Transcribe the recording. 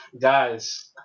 guys